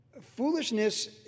Foolishness